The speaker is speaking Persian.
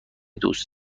دوست